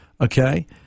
Okay